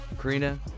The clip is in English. Karina